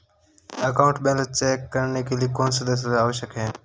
Account balance check करने के लिए कौनसे दस्तावेज़ आवश्यक हैं?